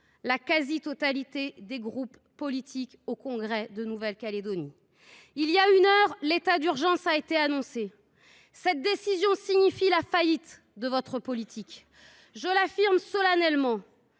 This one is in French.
la quasi totalité des groupes politiques au congrès de Nouvelle Calédonie. Il y a une heure, l’état d’urgence a été annoncé. Cette décision signe la faillite de votre politique. Je l’affirme solennellement